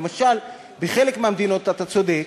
למשל, בחלק מהמדינות, אתה צודק,